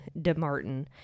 DeMartin